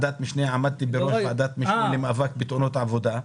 עמדתי בראש ועדת משנה למאבק בתאונות עבודה.